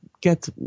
get